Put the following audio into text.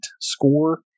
score